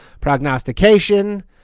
prognostication